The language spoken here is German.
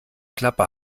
klappe